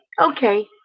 Okay